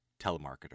telemarketer